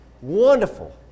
Wonderful